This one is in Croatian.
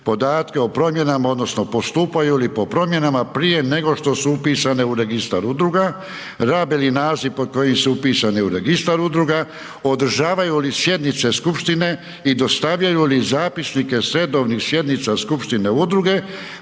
podatke o promjenama odnosno postupaju li po promjenama prije nego što su upisane u registar udruga, rabe li naziv pod kojim su upisane u registar udruga, održavaju li sjednice skupštine i dostavljaju li zapisnike s redovnih sjednica skupštine udruge,